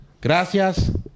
Gracias